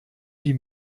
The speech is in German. die